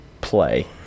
play